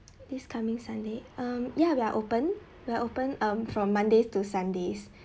this coming sunday um yeah we are opened we are opened um from monday to sunday